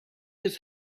his